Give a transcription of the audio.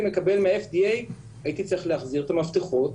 מקבל מה-FDA הייתי צריך להחזיר את המפתחות,